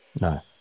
no